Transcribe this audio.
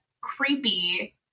creepy